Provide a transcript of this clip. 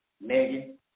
Megan